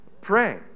Pray